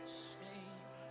shame